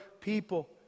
people